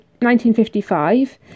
1955